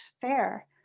fair